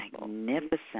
magnificent